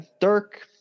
Dirk